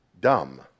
dumb